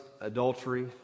adultery